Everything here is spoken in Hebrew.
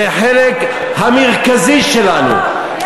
זה החלק המרכזי שלנו,